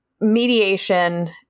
mediation